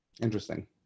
Interesting